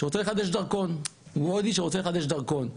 שלאותו אחד יש דרכון והוא הודיע שהוא רוצה לחדש דרכון,